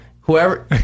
whoever